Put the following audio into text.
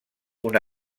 una